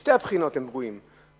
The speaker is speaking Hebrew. משתי הבחינות הם פגועים,